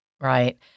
Right